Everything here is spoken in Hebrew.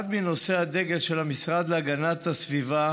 אחד מנושאי הדגל של המשרד להגנת הסביבה